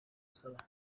saba